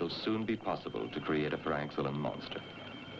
will soon be possible to create a frank soul amongst